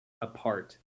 apart